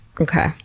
Okay